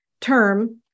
Term